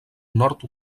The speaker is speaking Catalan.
nord